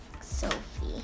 Sophie